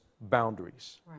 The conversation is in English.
boundaries